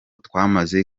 twamaze